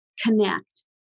connect